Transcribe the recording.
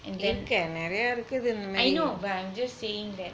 and then I know but I'm just saying that